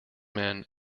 man